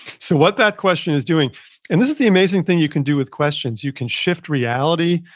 so what that question is doing and this is the amazing thing you can do with questions. you can shift reality.